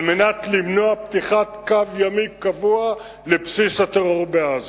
על מנת למנוע פתיחת קו ימי קבוע לבסיס הטרור בעזה.